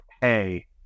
Hey